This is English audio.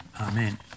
Amen